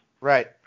Right